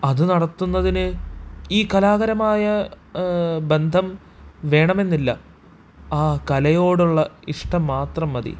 അത് നടത്തുന്നതിന് ഈ കലാപരമായ ബന്ധം വേണമെന്നില്ല ആ കലയോടുള്ള ഇഷ്ടം മാത്രം മതി